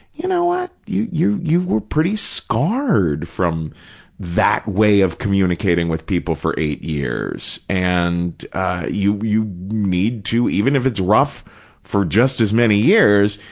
you know what, you you were pretty scarred from that way of communicating with people for eight years, and you you need to, even if it's rough for just as many years,